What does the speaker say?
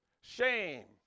shame